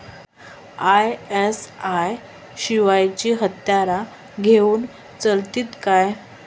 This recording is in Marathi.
आय.एस.आय शिवायची हत्यारा घेऊन चलतीत काय?